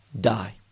die